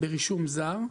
ברישום זר,